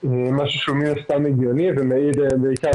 משהו שהוא מן הסתם הגיוני ומעיד בעיקר